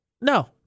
no